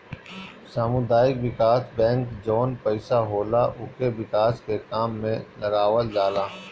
सामुदायिक विकास बैंक जवन पईसा होला उके विकास के काम में लगावल जाला